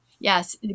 yes